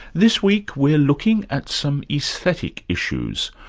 this week, we're looking at some aesthetic issues.